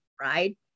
right